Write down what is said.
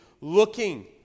looking